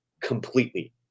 completely